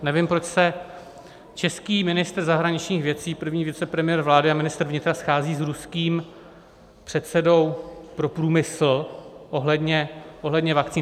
Nevím, proč se český ministr zahraničních věcí, první vicepremiér vlády a ministr vnitra schází s ruským předsedou pro průmysl ohledně vakcín.